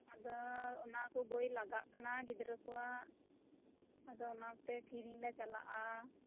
ᱟᱫᱚ ᱚᱱᱟ ᱠᱚ ᱵᱳᱭ ᱞᱟᱜᱟᱜ ᱠᱟᱱᱟ ᱜᱤᱫᱽᱨᱟᱹ ᱠᱚᱣᱟᱜ ᱟᱫᱚ ᱚᱱᱟᱛᱮ ᱠᱤᱨᱤᱧ ᱞᱮ ᱪᱟᱞᱟᱜᱼᱟ